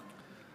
גבוהה.